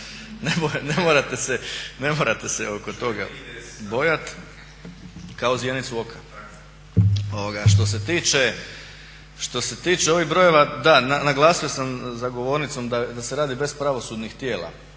ne morate se oko toga bojat, kao zjenicu oka. Što se tiče ovih brojeva, da, naglasio sam za govornicom da se radi bez pravosudnih tijela.